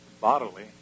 bodily